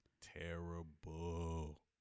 Terrible